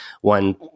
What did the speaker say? one